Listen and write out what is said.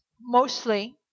mostly